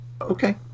Okay